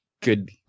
good